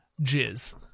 jizz